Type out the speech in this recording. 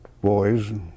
boys